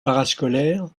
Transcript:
parascolaire